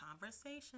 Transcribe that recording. conversation